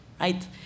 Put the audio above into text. right